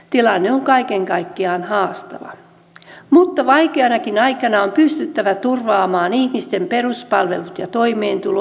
tilanne on kaiken kaikkiaan haastava mutta vaikeanakin aikana on pystyttävä turvaamaan ihmisten peruspalvelut ja toimeentulo